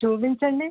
చూపించండి